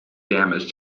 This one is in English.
damage